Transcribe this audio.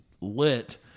lit